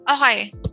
Okay